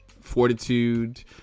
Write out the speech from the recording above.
fortitude